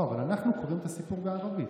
לא, אבל אנחנו קוראים את הסיפור בערבית.